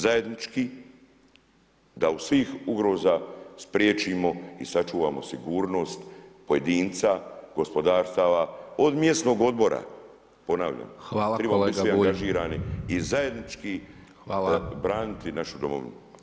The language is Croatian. Zajednički, da od svih ugroza spriječimo i sačuvamo sigurnost pojedinca, gospodarstava, od mjesnog odbora, ponavljam trebamo biti svi angažirani i zajednički braniti našu domovinu.